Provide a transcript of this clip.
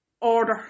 order